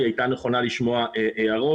היא הייתה נכונה לשמוע הערות.